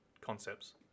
concepts